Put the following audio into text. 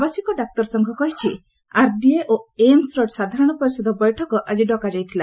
ଆବାସିକ ଡାକ୍ତର ସଂଘ କହିଛି ଆର୍ଡିଏ ଓ ଏମ୍ସ୍ର ସାଧାରଣ ପରିଷଦ ବୈଠକ ଆଜି ଡକାଯାଇଥିଲା